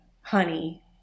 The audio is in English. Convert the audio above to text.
honey